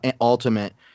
ultimate